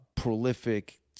prolific